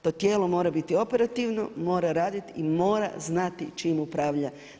To tijelo mora biti operativno, mora raditi i mora znati čim upravlja.